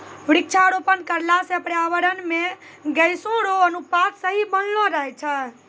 वृक्षारोपण करला से पर्यावरण मे गैसो रो अनुपात सही बनलो रहै छै